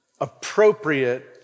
appropriate